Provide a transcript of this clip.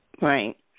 Right